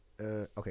okay